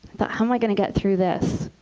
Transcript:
thought, how am i going to get through this